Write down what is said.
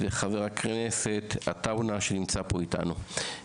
וחבר הכנסת יוסף עטאונה, שנמצא פה איתנו.